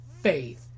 faith